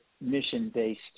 mission-based